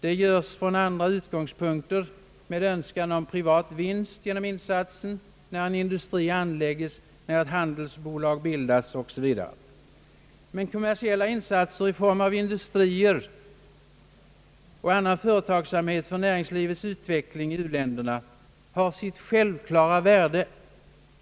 De görs från andra utgångspunkter med önskan om privata vinster, t.ex. när en industri anlägges, när ett handelsbolag bildas o. s. v. Men kommersiella insatser i form av industrier och annan företagsamhet från näringslivets utveckling i u-länderna har sitt självklara värde.